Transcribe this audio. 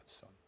son